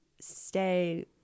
stay